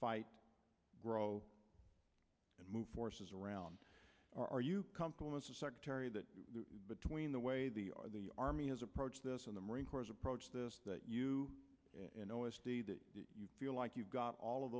fight grow and move forces around are you comfortable as a secretary that between the way the army is approach this in the marine corps approach this that you know if you feel like you've got all of